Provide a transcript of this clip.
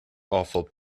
awful